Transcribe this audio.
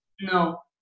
No